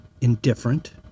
indifferent